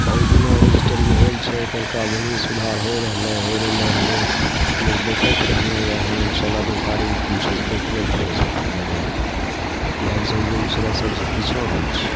बहुत दिना रजिस्टरी होल छै कहलका भुमि सुधार होइ रहलै होइ रहलै हमे लोक बौखैत रहलहुँ वहाँ अञ्चल अधिकारी कुल छै जे बौखबैत रहै छथिन जानि जानिके इएह सबसे बेगूसराय सबसे पिछाँ होल छै